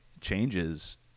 changes